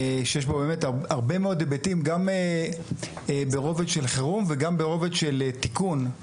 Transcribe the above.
שיש בו הרבה מאוד היבטים ברובד של חירום וברובד של תיקון.